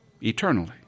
eternally